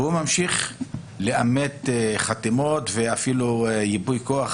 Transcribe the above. והוא ממשיך לאמת חתימות, ואפילו ייפוי-כוח